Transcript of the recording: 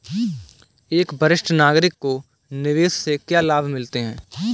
एक वरिष्ठ नागरिक को निवेश से क्या लाभ मिलते हैं?